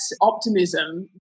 optimism